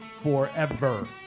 forever